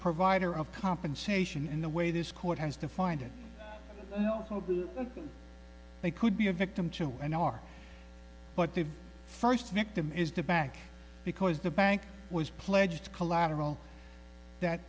provider of compensation in the way this court has defined it they could be a victim to an hour but the first victim is due back because the bank was pledged collateral that